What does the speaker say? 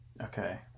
Okay